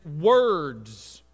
words